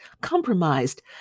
compromised